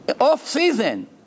Off-season